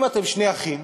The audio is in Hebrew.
אם אתם שני אחים